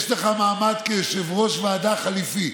מעמד כיושב-ראש ועדה חליפי,